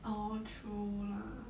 oh true lah